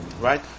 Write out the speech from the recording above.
Right